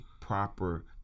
proper